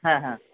হ্যাঁ হ্যাঁ